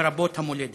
לרבות במולדת.